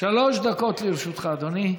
שלוש דקות לרשותך, אדוני.